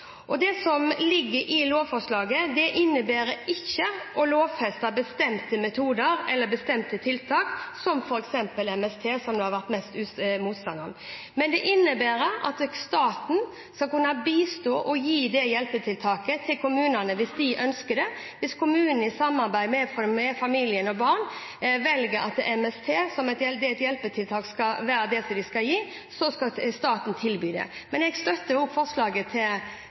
hjelpetiltak. Det som ligger i lovforslaget, innebærer ikke å lovfeste bestemte metoder eller bestemte tiltak, som f.eks. MST, som det har vært mest motstand mot. Men det innebærer at staten skal kunne bistå og gi det hjelpetiltaket til kommunene hvis de ønsker det. Hvis kommunen i samarbeid med familie og barn velger at det er MST som er det hjelpetiltaket de skal gi, skal staten tilby det. Men jeg støtter også forslaget fra komiteen om at vi skal ha en grundig gjennomgang av det. Regjeringa vil legge inn penger i rammetilskuddet til